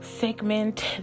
segment